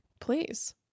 Please